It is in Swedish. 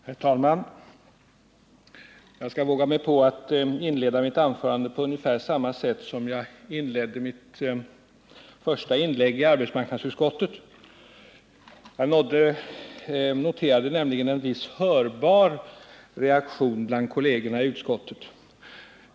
Herr talman! Jag skall våga mig på att inleda mitt anförande på ungefär samma sätt som jag inledde mitt första inlägg i arbetsmarknadsutskottet. Jag noterade då en viss hörbar reaktion bland kollegerna i utskottet.